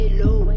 low